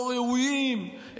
לא ראויים,